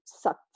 sucked